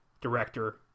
director